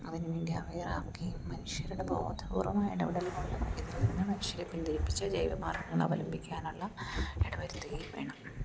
അവന് വേണ്ടി അവേറാവുകയും മനുഷ്യരുടെ ബോധപൂർവമായ ഇടപെടൽ കൊണ്ട് ഇതിൽ നിന്ന് മനുഷ്യരെ പിന്തിരിപ്പിച്ചു ജൈവമാർഗ്ഗങ്ങൾ അവലംബിക്കാനുള്ള ഇടവരുത്തുകയും വേണം